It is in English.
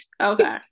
Okay